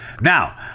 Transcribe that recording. Now